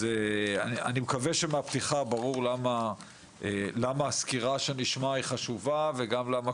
אז אני מקווה שמהפתיחה ברור למה הסקירה שנשמע היא חשובה וגם למה